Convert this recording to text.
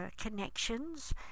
connections